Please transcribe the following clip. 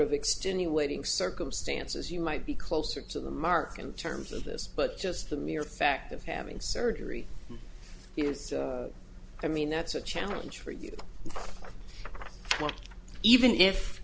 of extenuating circumstances you might be closer to the mark in terms of this but just the mere fact of having surgery is i mean that's a challenge for you